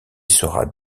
sera